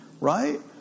Right